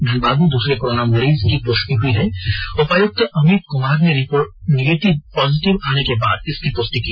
धनबाद में दूसरे कोरोना मरीज की पुष्टि हुई है उपायुक्त अमित कुमार ने रिपोर्ट पॉजिटिव आने के बाद इसकी पुष्टि की